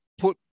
put